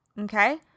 Okay